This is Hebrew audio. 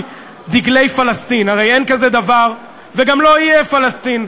"דגלי פלסטין" הרי אין כזה דבר וגם לא יהיה פלסטין.